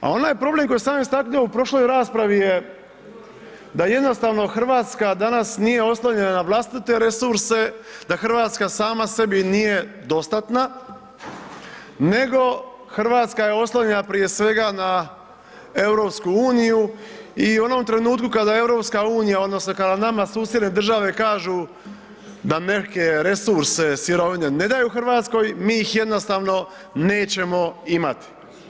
A onaj problem koji sam ja istaknuo u prošloj raspravi je da jednostavno Hrvatska danas nije oslonjena na vlastite resurse, da Hrvatska sama sebi nije dostatna nego Hrvatska je oslonjena prije svega na EU i u onom trenutku kada EU odnosno kada nama susjedne države kažu da neke resurse sirovine ne daju Hrvatskoj mi ih jednostavno nećemo imati.